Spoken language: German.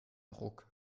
ruck